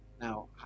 Now